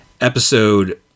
Episode